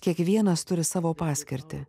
kiekvienas turi savo paskirtį